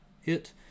hit